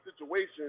situations